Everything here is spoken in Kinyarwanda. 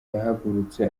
yahagurutse